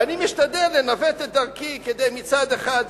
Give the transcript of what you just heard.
ואני משתדל לנווט את דרכי כדי מצד אחד,